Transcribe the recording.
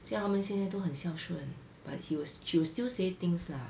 叫他们现在都很孝顺 but he will she will still say things lah